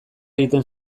egiten